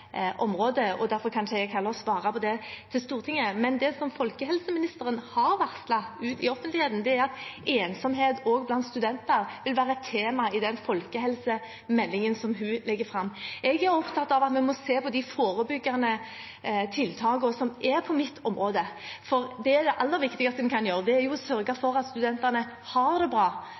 område, og derfor kan jeg heller ikke svare Stortinget på det. Men det som folkehelseministeren har varslet ute i offentligheten, er at også ensomhet blant studenter vil være et tema i den folkehelsemeldingen som hun legger fram. Jeg er opptatt av at vi må se på de forebyggende tiltakene som er på mitt område, for det aller viktigste en kan gjøre, er å sørge for at studentene har det bra